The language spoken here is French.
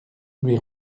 lui